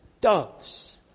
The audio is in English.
doves